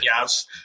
yes